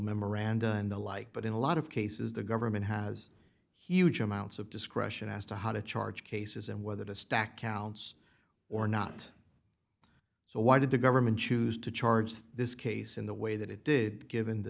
memoranda and the like but in a lot of cases the government has huge amounts of discretion as to how to charge cases and whether to stack counts or not so why did the government choose to charged this case in the way that it did given the